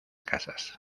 casas